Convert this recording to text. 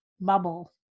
bubble